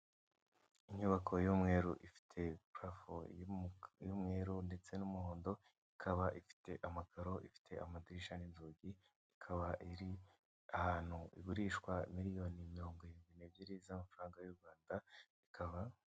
Inyubako y'umweru ifite purafo y'umuka y'umweru ndetse n'umuhondo ikaba ifite amakaro, ifite amadirisha n'inzugi, ikaba iri ahantu igurishwa miliyoni mirongo irindwi n'ebyiri z'amafaranga y'u Rwanda ikaba.